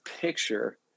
picture